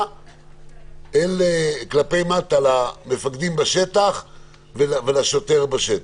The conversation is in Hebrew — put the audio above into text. כלפי מטה למפקדים בשטח ולשוטר בשטח.